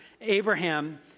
Abraham